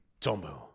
Tombo